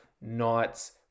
Knights